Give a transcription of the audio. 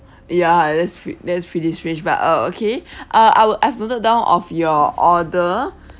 ya that's pre~ that's pretty strange but uh okay uh I will I've noted down of your order